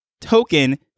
token